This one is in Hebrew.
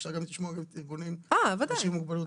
אפשר גם לשמוע את הארגונים של אנשים עם מוגבלות.